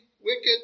wicked